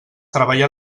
treballa